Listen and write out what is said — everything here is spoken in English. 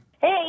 Hey